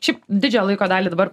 šiaip didžiąją laiko dalį dabar